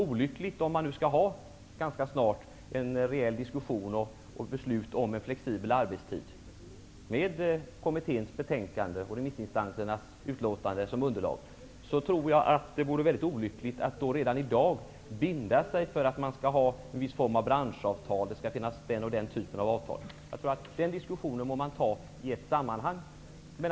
Vi skall ganska snart ha en rejäl diskussion om och fatta beslut om en flexibel arbetstid, med kommitténs betänkande och remissinstansernas utlåtande som underlag. Därför tror jag att det vore olyckligt att redan i dag binda sig för att man skall ha en viss form av branschavtal och att det skall finnas vissa typer av avtal. Den diskussionen bör man ta i ett sammanhang.